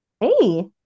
hey